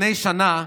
לפני שנה,